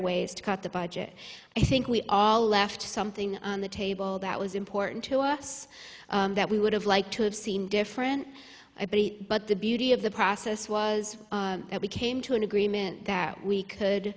ways to cut the budget i think we all left something on the table that was important to us that we would have liked to have seen different but the beauty of the process was that we came to an agreement that we could